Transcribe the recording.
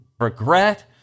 regret